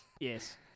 Yes